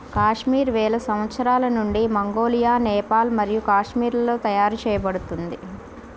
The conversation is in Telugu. కాశ్మీర్ వేల సంవత్సరాల నుండి మంగోలియా, నేపాల్ మరియు కాశ్మీర్లలో తయారు చేయబడింది